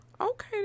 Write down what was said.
okay